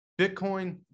Bitcoin